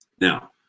Now